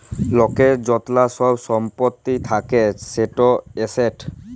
লকের য্তলা ছব ছম্পত্তি থ্যাকে সেট এসেট